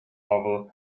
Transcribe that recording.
novel